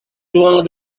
soin